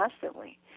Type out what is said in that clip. constantly